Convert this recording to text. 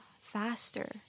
faster